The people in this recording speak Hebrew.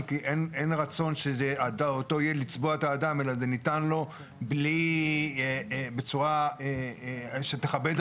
עו"ד עידו מלין ממשרד גרוניצקי ושות'.